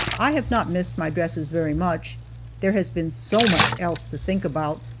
i have not missed my dresses very much there has been so much else to think about.